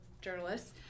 Journalists